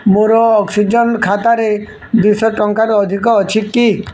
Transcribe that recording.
ମୋର ଅକ୍ସିଜେନ୍ ଖାତାରେ ଦୁଇଶହ ଟଙ୍କାରୁ ଅଧିକ ଅଛି କି